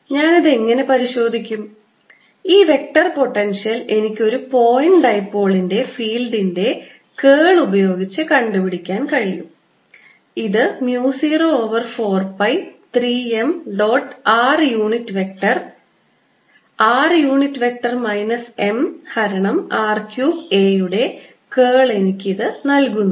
ഞാൻ ഇത് എങ്ങനെ പരിശോധിക്കും ഈ വെക്റ്റർ പൊട്ടൻഷ്യൽ എനിക്ക് ഒരു പോയിന്റ് ഡൈപോളിൻറെ ഫീൽഡിൻറെ curl ഉപയോഗിച്ച് കണ്ടുപിടിക്കാൻ കഴിയും ഇത് mu 0 over 4 pi 3 m dot r unit vector r unit vector minus m ഹരണം R ക്യൂബ് A യുടെ curl എനിക്ക് ഇത് നൽകുന്നു